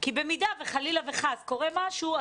כי במידה וחלילה וחס קורה משהו,